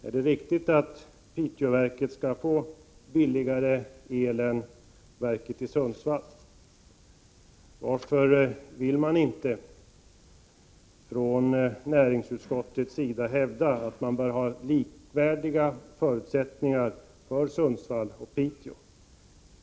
Är det riktigt att Piteåverket skall få billigare el än verket i Sundsvall? Varför vill inte näringsutskottet hävda att det bör vara likvärdiga förutsättningar för Sundsvall och Piteå?